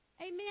Amen